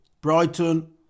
Brighton